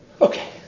Okay